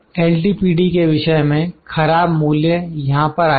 L T P D के विषय में खराब मूल्य यहां पर आएगा